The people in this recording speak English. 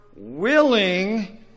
Willing